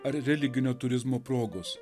ar religinio turizmo progos